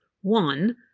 one